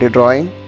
Drawing